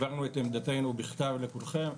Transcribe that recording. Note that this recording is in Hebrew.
הבהרנו את עמדתנו בכתב לכולכם.